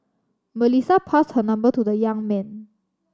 Melissa passed her number to the young man